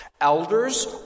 elders